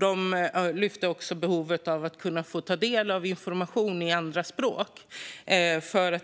De lyfte fram behovet av att kunna ta del av information på andra språk.